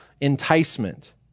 enticement